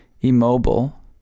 immobile